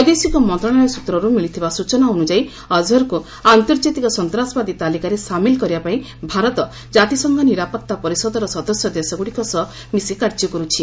ବୈଦେଶିକ ମନ୍ତ୍ରଣାଳୟ ସ୍ଚତ୍ରରୁ ମିଳିଥିବା ସ୍ଚନା ଅନୁଯାୟୀ ଅଜ୍ହର୍କୁ ଆନ୍ତର୍ଜତିକ ସନ୍ତାସବାଦୀ ତାଲିକାରେ ସାମିଲ୍ କରିବାପାଇଁ ଭାରତ କାତିସଂଘ ନିରାପତ୍ତା ପରିଷଦର ସଦସ୍ୟ ଦେଶଗୁଡ଼ିକ ସହ ମିଶି କାର୍ଯ୍ୟ କରୁଛି